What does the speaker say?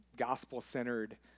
gospel-centered